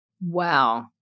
Wow